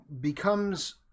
becomes